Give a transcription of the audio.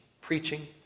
preaching